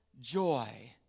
joy